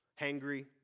hangry